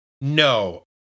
No